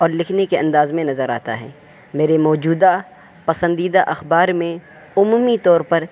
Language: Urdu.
اور لکھنے کے انداز میں نظر آتا ہے میرے موجودہ پسندیدہ اخبار میں عمومی طور پر